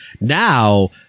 now